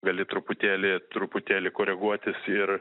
gali truputėlį truputėlį koreguotis ir